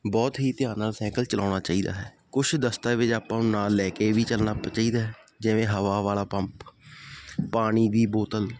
ਬਹੁਤ ਹੀ ਧਿਆਨ ਨਾਲ ਸਾਈਕਲ ਚਲਾਉਣਾ ਚਾਹੀਦਾ ਹੈ ਕੁਛ ਦਸਤਾਵੇਜ਼ ਆਪਾਂ ਨੂੰ ਨਾਲ ਲੈ ਕੇ ਵੀ ਚੱਲਣਾ ਚਾਹੀਦਾ ਜਿਵੇਂ ਹਵਾ ਵਾਲਾ ਪੰਪ ਪਾਣੀ ਦੀ ਬੋਤਲ